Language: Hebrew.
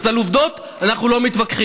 אז על עובדות אנחנו לא מתווכחים.